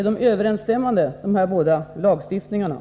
Överensstämmer dessa båda lagar med varandra?